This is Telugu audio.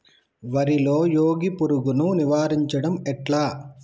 వరిలో మోగి పురుగును నివారించడం ఎట్లా?